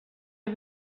jag